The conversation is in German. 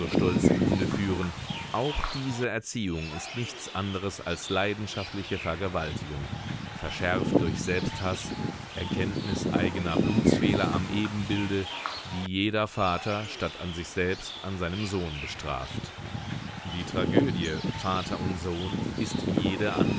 im munde führen auch diese erziehung ist nichts anderes als leidenschaftliche vergewaltigung verschärft durch selbsthaß erkenntnis eigener blutsfehler am ebenbilde die jeder vater statt an sich selbst an seinem sohn bestraft die tragödie vater und sohn ist wie jede